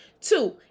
Two